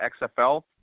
XFL